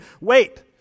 wait